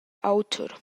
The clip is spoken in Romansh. auter